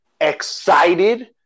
excited